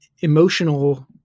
emotional